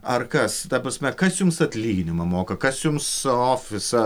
ar kas ta prasme kas jums atlyginimą moka kas jums ofisą